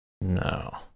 No